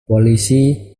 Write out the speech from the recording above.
polisi